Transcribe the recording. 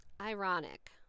Ironic